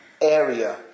area